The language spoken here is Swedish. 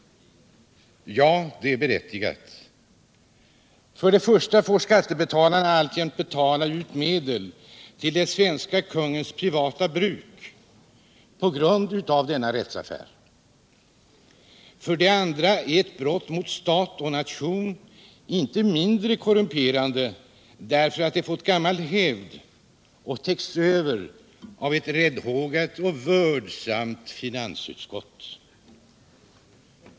Ja, det är berättigat. För det första får skattebetalarna alltjämt betala ut medel till den svenske kungens privata bruk på grund av denna rättsaffär. För det andra är ett brott mot stat och nation inte mindre korrumperande därför att det fått gammal hävd och täckts över av ett räddhågat och vördsamt finansutskott.